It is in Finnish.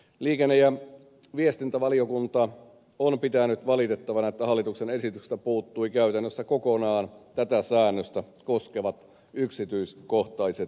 liikenne ja viestintävaliokunta on pitänyt valitettavana että hallituksen esityksestä puuttuivat käytännössä kokonaan tätä säännöstä koskevat yksityiskohtaiset perustelut